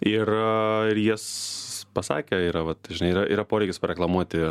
ir ir jis pasakė yra vat žinai yra yra poreikis pareklamuoti